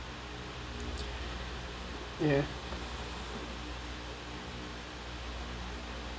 ya